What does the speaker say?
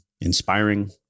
inspiring